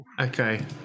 Okay